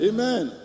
Amen